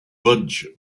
budge